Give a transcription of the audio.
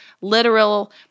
literal